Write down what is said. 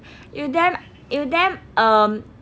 you damn you damn um